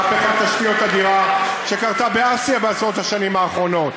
מהפכת תשתיות אדירה שקרתה באסיה בעשרות השנים האחרונות